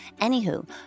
Anywho